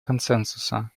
консенсуса